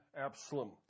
Absalom